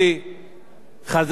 חזק ורחב,